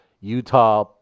Utah